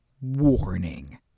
Warning